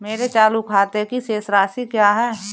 मेरे चालू खाते की शेष राशि क्या है?